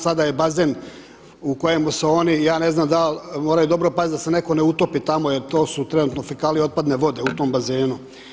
Sada je bazen u kojemu su oni, ja ne znam da li moraju dobro paziti da se netko ne utopi tamo jer to su trenutno fekalije, otpadne vode u tom bazenu.